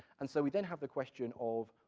and so we then have the question of,